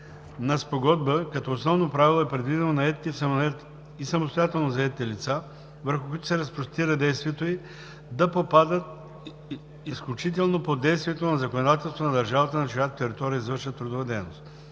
на Спогодба като основно правило е предвидено наетите и самостоятелно заетите лица, върху които се разпростира действието ѝ, да попадат изключително под действието на законодателството на държавата, на чиято територия извършват трудова дейност.